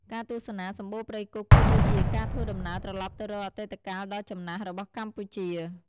ការទស្សនាសំបូរព្រៃគុកគឺដូចជាការធ្វើដំណើរត្រឡប់ទៅរកអតីតកាលដ៏ចំណាស់របស់កម្ពុជា។